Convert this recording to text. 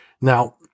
Now